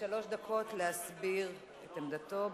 לשלוש דקות להסביר את עמדתו.